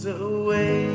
away